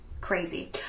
Crazy